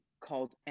called